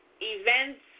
events